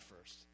first